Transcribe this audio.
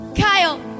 Kyle